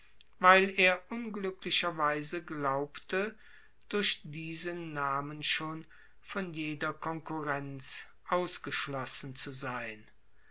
weil er unglücklicherweise glaubte durch diesen namen schon von jeder konkurrenz ausgeschlossen zu sein